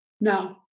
Now